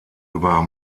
über